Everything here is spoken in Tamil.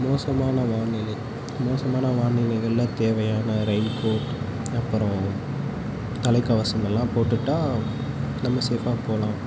மோசமான வானிலை மோசமான வானிலைகளில் தேவையான ரெயின் கோட் அப்புறம் தலைக்கவசமெல்லாம் போட்டுட்டால் நம்ம சேஃபாக போகலாம்